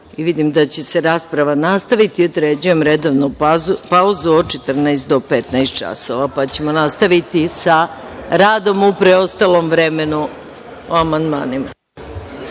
i vidim da će se rasprava nastaviti, određujem redovnu pauzu od 14.00 do 15.00 časova, pa ćemo nastaviti sa radom u preostalom vremenu o amandmanima.(Posle